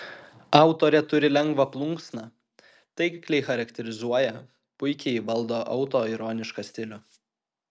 autorė turi lengvą plunksną taikliai charakterizuoja puikiai valdo autoironišką stilių